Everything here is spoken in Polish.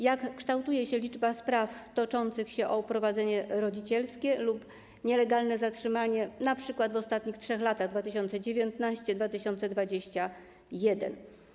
Jak kształtuje się liczba spraw toczących się o uprowadzenie rodzicielskie lub nielegalne zatrzymanie, np. w ostatnich 3 latach 2019-2021?